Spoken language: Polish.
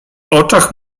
oczach